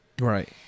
right